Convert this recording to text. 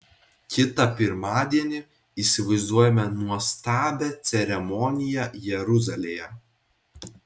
kitą pirmadienį įsivaizduojame nuostabią ceremoniją jeruzalėje